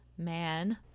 Man